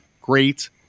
great